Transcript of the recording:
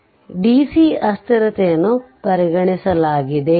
ಆದ್ದರಿಂದ ಡಿಸಿ ಅಸ್ಥಿರತೆಯನ್ನು ಪರಿಗಣಿಸಲಾಗಿದೆ